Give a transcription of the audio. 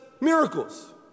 miracles